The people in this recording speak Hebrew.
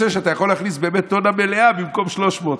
אתה יכול להכניס באמת טונה מלאה במקום 300,